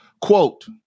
quote